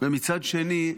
ומצד שני,